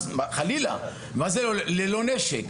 ללא בלי ביטחון חלילה אלא ללא ליווי של נשק.